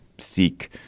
seek